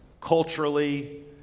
culturally